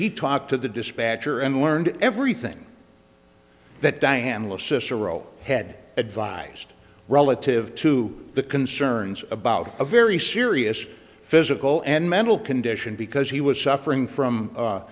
he talked to the dispatcher and learned everything that diana cicero head advised relative to the concerns about a very serious physical and mental condition because he was suffering